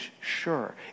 sure